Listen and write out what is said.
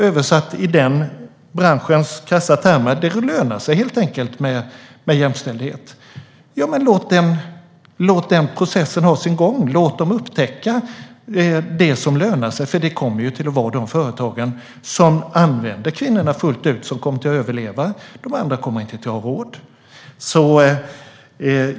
Översatt i den branschens krassa termer lönar det sig med jämställdhet, helt enkelt. Låt den processen ha sin gång! Låt dem upptäcka det som lönar sig, för det kommer ju att vara de företag som använder kvinnorna fullt ut som kommer att överleva. De andra kommer inte att ha råd.